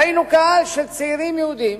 ראינו קהל של צעירים יהודים,